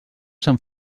sant